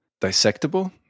dissectable